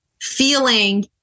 feeling